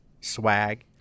Swag